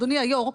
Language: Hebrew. אדוני היושב-ראש,